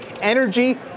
energy